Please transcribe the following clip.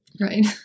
Right